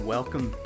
Welcome